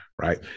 right